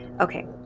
Okay